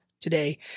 today